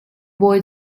bawi